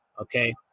Okay